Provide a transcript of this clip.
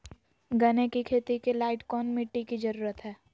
गन्ने की खेती के लाइट कौन मिट्टी की जरूरत है?